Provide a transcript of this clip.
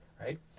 right